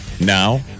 now